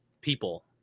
people